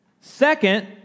Second